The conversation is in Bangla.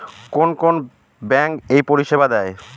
কোন কোন ব্যাঙ্ক এই পরিষেবা দেয়?